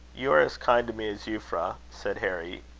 you are as kind to me as euphra, said harry,